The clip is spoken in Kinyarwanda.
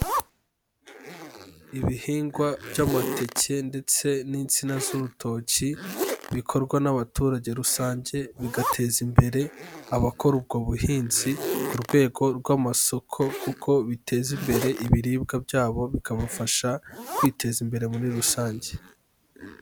Ibihingwa by'amateke ndetse n'insina z'urutoki, bikorwa n'abaturage rusange bigateza imbere abakora ubwo buhinzi ku rwego rw'amasoko, kuko biteza imbere ibiribwa byabo bikamufasha kwiteza imbere muri rusange.